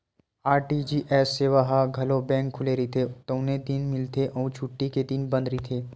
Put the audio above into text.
RTGS सेवा ह घलो बेंक खुले रहिथे तउने दिन मिलथे अउ छुट्टी के दिन बंद रहिथे